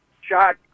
shot